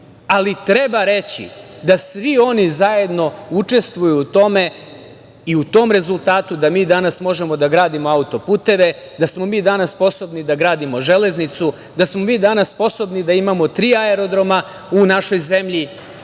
Ali, treba reći da svi oni zajedno učestvuju u tome i u tom rezultatu da mi danas možemo da gradimo autoputeve, da smo mi danas sposobni da gradimo železnicu, da smo mi danas sposobni da imamo tri aerodroma u našoj zemlji